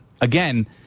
again